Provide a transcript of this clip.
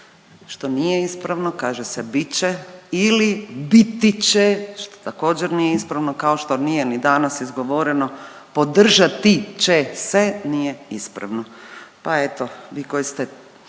što nije ispravno, biće ili biti će što također nije ispravno kao što nije ni dana izgovoreno podržati će se nije ispravno, pa eto vi koji ste